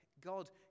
God